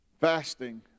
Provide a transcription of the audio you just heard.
Fasting